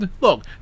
look